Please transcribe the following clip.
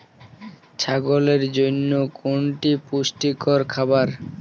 ছাগলের জন্য কোনটি পুষ্টিকর খাবার?